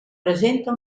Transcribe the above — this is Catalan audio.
presenta